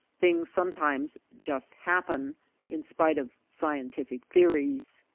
things sometimes just happen in spite of scientific theories.